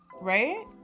Right